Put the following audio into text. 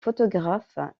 photographe